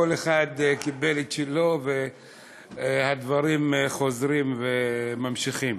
כל אחד קיבל את שלו והדברים חוזרים וממשיכים.